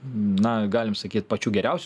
na galim sakyt pačių geriausių